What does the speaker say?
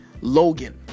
Logan